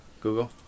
Google